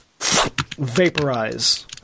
vaporize